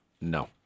No